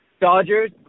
Dodgers